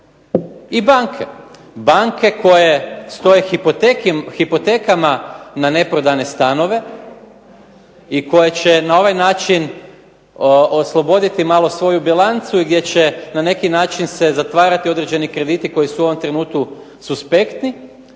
i banke. Banke koje svojim hipotekama na neprodane stanove i koje će na ovaj način osloboditi malo svoju bilancu i gdje će na neki način se zatvarati određeni krediti koji su u ovom trenutku suspektni.